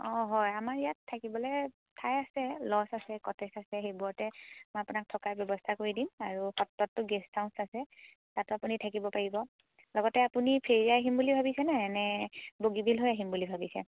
অঁ হয় আমাৰ ইয়াত থাকিবলৈ ঠাই আছে লজ আছে কটেজ আছে সেইবোৰতে মই আপোনাক থকাৰ ব্যৱস্থা কৰি দিম আৰু সত্ৰতটো গেষ্ট হাউছ আছে তাতো আপুনি থাকিব পাৰিব লগতে আপুনি ফেৰীৰে আহিম বুলি ভাবিছেনে নে বগীবিল হৈ আহিম বুলি ভাবিছে